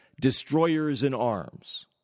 destroyers-in-arms